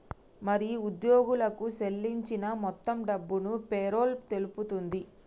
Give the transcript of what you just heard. మరి ఉద్యోగులకు సేల్లించిన మొత్తం డబ్బును పేరోల్ తెలుపుతుంది